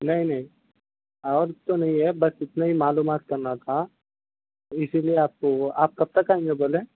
نہیں نہیں اور تو نہیں ہے بس اتنا ہی معلومات کرنا تھا اسی لیے آپ کو وہ آپ کب تک آئیں گے بولے